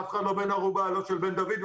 אף אחד לא בן ערובה לא של בן דוד,